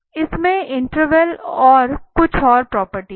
इसमें इंटरवल और कुछ और प्रॉपर्टी है